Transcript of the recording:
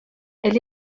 elle